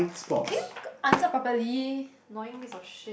can you answer properly annoying piece of shi